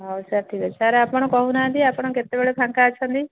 ହେଉ ସାର୍ ଠିକ୍ ଅଛି ସାର୍ ଆପଣ କହୁନାହାଁନ୍ତି ଆପଣ କେତେବେଳେ ଫାଙ୍କା ଅଛନ୍ତି